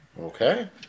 Okay